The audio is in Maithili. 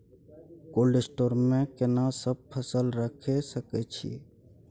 कोल्ड स्टोर मे केना सब फसल रखि सकय छी?